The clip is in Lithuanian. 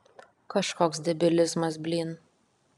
kažkoks debilizmas blyn